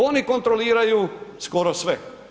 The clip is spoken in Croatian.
Oni kontroliraju skoro sve.